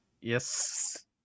Yes